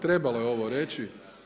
Trebalo je ovo reći.